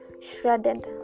shredded